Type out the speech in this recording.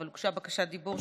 אבל הוגשה בקשת דיבור,